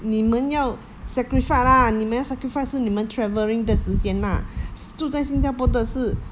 你们要 sacrifice lah 你们要 sacrifice 是你们 travelling 的时间 lah 住在新加坡的是